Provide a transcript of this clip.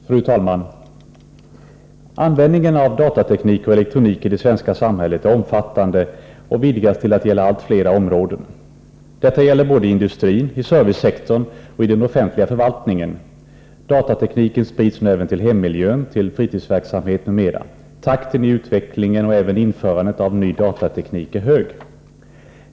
Fru talman! Användningen av datateknik och elektronik i det svenska samhället är omfattande och vidgas till att gälla allt fler områden. Detta gäller både i industrin, i servicesektorn och i den offentliga förvaltningen. Datatekniken sprids nu även till hemmiljön, till fritidsverksamhet m.m. Takten i utvecklingen och även införandet av ny datateknik är hög.